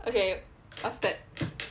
okay ask that